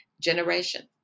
generation